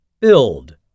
Build